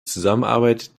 zusammenarbeit